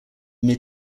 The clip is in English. mid